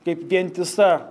kaip vientisa